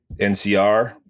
NCR